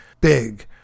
big